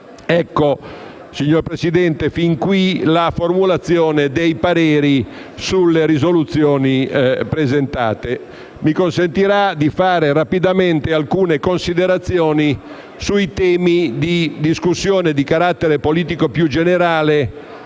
Signor Presidente, dopo la formulazione dei pareri sulle risoluzioni presentate, mi consentirà di svolgere rapidamente alcune considerazioni sui temi di discussione di carattere politico più generale,